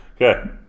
Okay